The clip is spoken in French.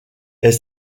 est